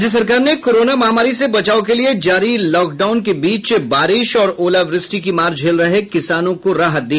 राज्य सरकार ने कोरोना महामारी से बचाव के लिए जारी लॉकडाउन के बीच बारिश और ओलावृष्टि की मार झेल रहे किसानों को राहत दी